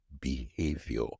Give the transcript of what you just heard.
behavior